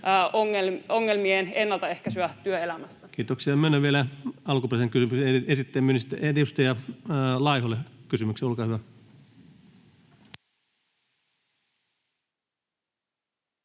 niiden ennaltaehkäisyä työelämässä. Kiitoksia. — Myönnän vielä alkuperäisen kysymyksen esittäjälle edustaja Laiholle kysymyksen. — Olkaa hyvä.